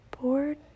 Board